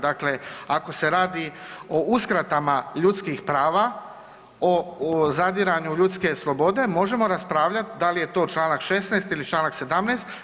Dakle ako se radi o uskratama ljudskih prava, o zadiranju u ljudske slobode možemo raspravljati da li je to članak 16. ili članak 17.